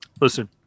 Listen